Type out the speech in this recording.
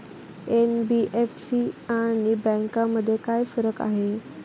NBFC आणि बँकांमध्ये काय फरक आहे?